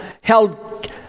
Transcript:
held